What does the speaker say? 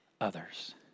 others